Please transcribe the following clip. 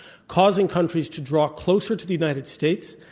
causing countries to draw closer to the united states,